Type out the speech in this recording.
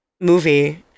movie